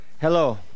Hello